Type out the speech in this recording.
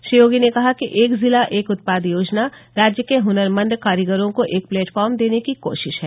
श्री योगी ने कहा कि एक जिला एक उत्पाद योजना राज्य के हुनरमंद कारीगरों को एक प्लेटफार्म देने की कोशिश है